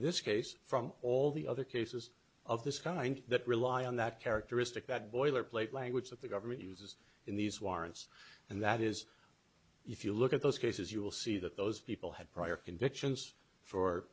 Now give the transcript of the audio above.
this case from all the other cases of this kind that rely on that characteristic that boilerplate language that the government uses in these warrants and that is if you look at those cases you will see that those people had prior convictions for